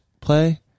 play